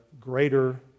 greater